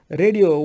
radio